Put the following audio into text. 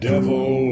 devil